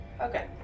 Okay